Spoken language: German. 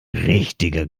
richtige